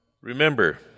Remember